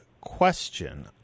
question